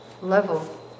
level